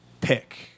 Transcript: pick